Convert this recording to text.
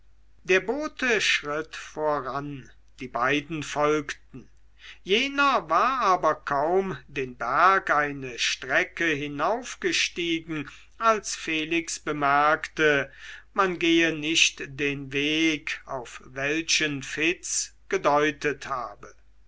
der bote schritt voran die beiden folgten jener war aber kaum den berg eine strecke hinaufgestiegen als felix bemerkte man gehe nicht den weg auf welchen fitz gedeutet habe